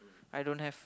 I don't have